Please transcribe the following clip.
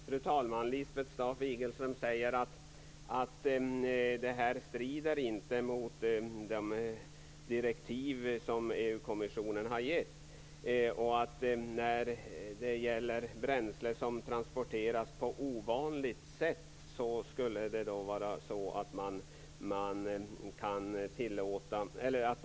Fru talman! Lisbeth Staaf-Igelström säger att detta inte strider mot de direktiv som EU-kommissionen har gett och att man skall betala skatt på bränsle som transporteras på ovanligt sätt.